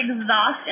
exhaust